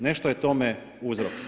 Nešto je tome uzrok.